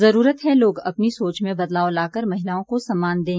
जरूरत है लोग अपनी सोच में बदलाव लाकर महिलाओं को सम्मान दें